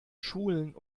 schulen